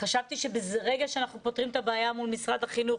חשבתי שברגע שאנחנו פותרים את הבעיה מול משרד החינוך,